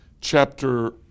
Chapter